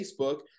Facebook